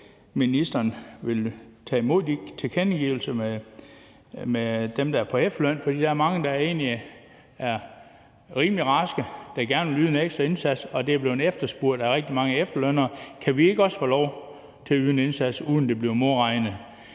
at ministeren vil tage imod de tilkendegivelser fra dem, der er på efterløn, for der er mange, der er rimelig raske, og som gerne vil yde en ekstra indsats, og rigtig mange efterlønnere har spurgt, om ikke også de kan få lov til at yde en indsats, uden at det bliver modregnet.